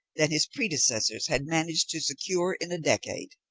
than his predecessors had managed to secure in a decade.